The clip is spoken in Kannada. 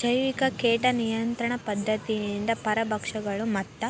ಜೈವಿಕ ಕೇಟ ನಿಯಂತ್ರಣ ಪದ್ಧತಿಯಿಂದ ಪರಭಕ್ಷಕಗಳು, ಮತ್ತ